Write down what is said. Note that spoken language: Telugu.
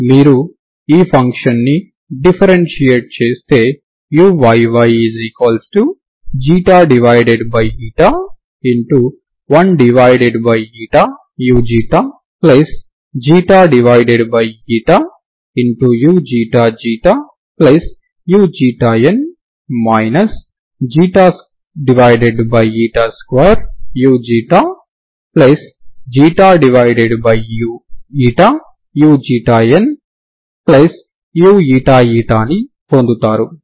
మీరు ఈ ఫంక్షన్ని డిఫరెన్షియేట్ చేస్తే uyy1uuξξu 2uuuηη ని పొందుతారు